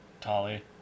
Tali